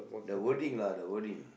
the wording lah the wording